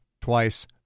twice